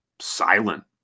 silent